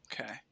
Okay